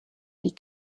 die